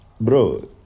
bro